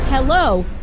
Hello